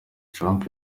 trump